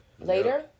later